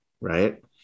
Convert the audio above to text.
right